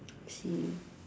I see